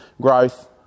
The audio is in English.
growth